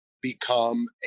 become